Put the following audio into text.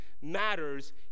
matters